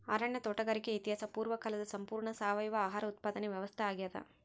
ಅರಣ್ಯ ತೋಟಗಾರಿಕೆ ಇತಿಹಾಸ ಪೂರ್ವಕಾಲದ ಸಂಪೂರ್ಣ ಸಾವಯವ ಆಹಾರ ಉತ್ಪಾದನೆ ವ್ಯವಸ್ಥಾ ಆಗ್ಯಾದ